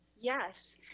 Yes